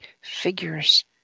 figures